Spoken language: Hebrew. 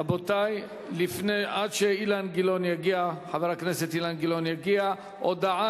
רבותי, עד שחבר הכנסת אילן גילאון יגיע, הודעה